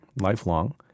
lifelong